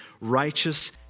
righteous